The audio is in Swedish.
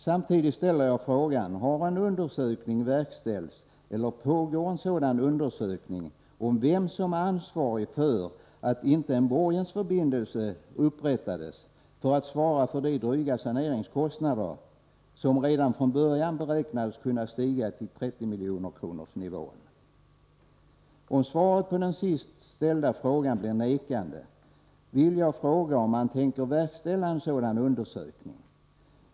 Samtidigt ställer jag frågan: Har en undersökning verkställts, eller pågår en sådan undersökning om vem som är ansvarig för att inte en borgensförbindelse upprättades för att svara för de dryga saneringskostnader som redan från början beräknades kunna stiga till 30-miljonerkronorsnivån? Om svaret på den sist ställda frågan blir nekande, vill jag fråga om man tänker verkställa en sådan undersökning.